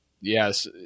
yes